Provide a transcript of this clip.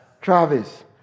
Travis